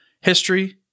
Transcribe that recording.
history